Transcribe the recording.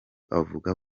avuga